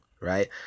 right